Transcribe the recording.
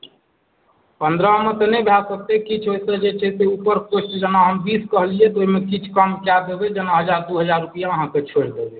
पनरहमे तऽ नहि भऽ सकतै किछु ओहिसँ जे ऊपर कोस्ट जेना हम बीस कहलिए तऽ ओहिमे किछु कम कऽ देबै जेना हजार दू हजार रुपैआ अहाँके छोड़ि देबै